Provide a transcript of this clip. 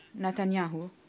Netanyahu